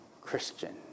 Christian